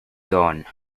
gone